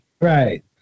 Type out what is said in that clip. Right